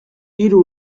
hiru